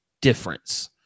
difference